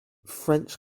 french